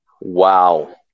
Wow